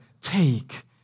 take